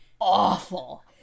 awful